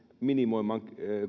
minimoimaan